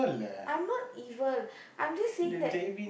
I'm not evil I'm just saying that